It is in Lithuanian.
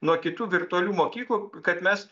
nuo kitų virtualių mokyklų kad mes